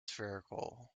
spherical